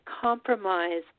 compromise